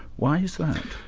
why is that?